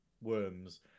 worms